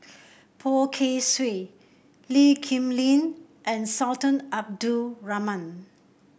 Poh Kay Swee Lee Kip Lin and Sultan Abdul Rahman